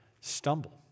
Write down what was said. stumble